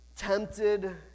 tempted